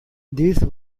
these